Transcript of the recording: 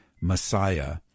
Messiah